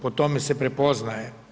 Po tome se prepoznaje.